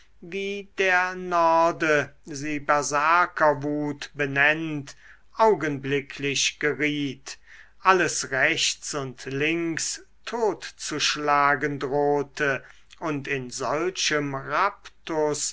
wie der norde sie berserkerwut benennt augenblicklich geriet alles rechts und links totzuschlagen drohte und in solchem